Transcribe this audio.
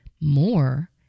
more